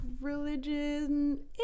religion